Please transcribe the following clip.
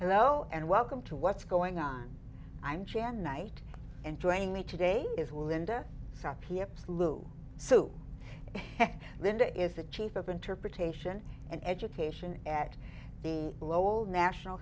though and welcome to what's going on i'm jan knight and joining me today is linda lou so linda is the chief of interpretation and education at the lowell national